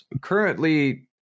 currently